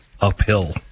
uphill